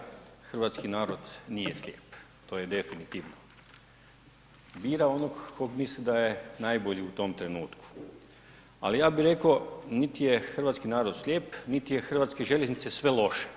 Poštovani kolega, hrvatski narod nije slijep, to je definitivno, bira onog kog misli da je najbolji u tom trenutku, ali ja bi reko niti je hrvatski narod slijep, niti je hrvatske željeznice sve loše,